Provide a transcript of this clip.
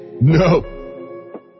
No